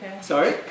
Sorry